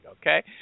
okay